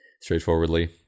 straightforwardly